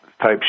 type